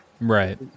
Right